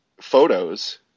photos